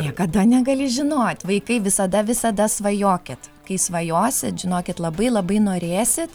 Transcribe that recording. niekada negali žinot vaikai visada visada svajokit kai svajosit žinokit labai labai norėsit